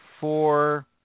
four